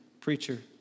preacher